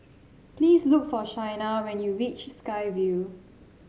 please look for Shaina when you reach Sky Vue